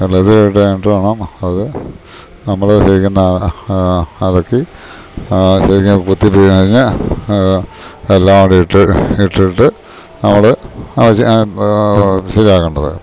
വെളത്തിലിട്ട്ട്ട് വേണം അത് അത് നമ്മള് ചെയ്യുന്ന അലക്കി ആ ശെരിക്ക് കുത്തി പിഴഞ്ഞ് എല്ലാം അവടെ ഇട്ട് ഇട്ടിട്ട് നമ്മള് ആ ശെരിയാക്കണ്ടത്